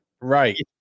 Right